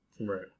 Right